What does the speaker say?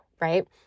right